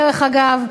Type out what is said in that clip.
דרך אגב,